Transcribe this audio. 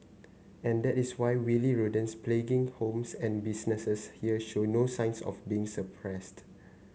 and that is why wily rodents plaguing homes and businesses here show no signs of being suppressed